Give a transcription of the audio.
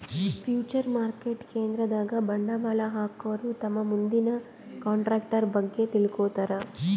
future market ಕೇಂದ್ರದಾಗ್ ಬಂಡವಾಳ್ ಹಾಕೋರು ತಮ್ ಮುಂದಿನ ಕಂಟ್ರಾಕ್ಟರ್ ಬಗ್ಗೆ ತಿಳ್ಕೋತಾರ್